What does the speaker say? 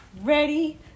ready